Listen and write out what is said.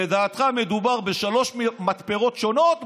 לדעתך מדובר בשלוש מתפרות שונות,